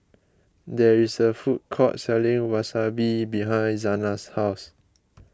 there is a food court selling Wasabi behind Zana's house